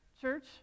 church